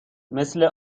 مثل